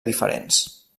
diferents